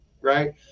right